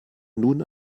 nun